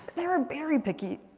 they were berry picking,